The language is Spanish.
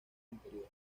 interior